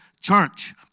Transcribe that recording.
church